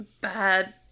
bad